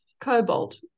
cobalt